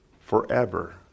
forever